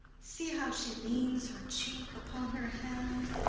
see how she leans her cheek upon her hand!